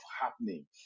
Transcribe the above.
happening